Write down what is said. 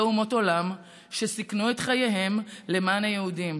אומות העולם שסיכנו את חייהם למען היהודים,